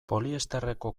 poliesterreko